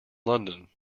london